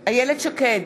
איילת שקד,